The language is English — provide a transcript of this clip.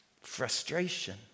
frustration